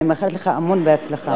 ואני מאחלת לך המון הצלחה.